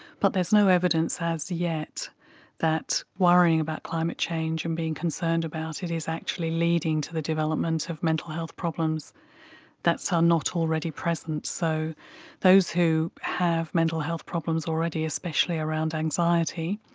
but there is no evidence as yet that worrying about climate change and being concerned about it is actually leading to the development of mental health problems that are so not already present. so those who have mental health problems already, especially around anxiety,